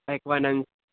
એકવાનંગ